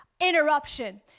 interruption